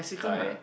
Thai